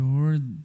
Lord